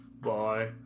Bye